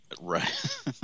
Right